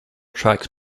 tracks